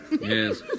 Yes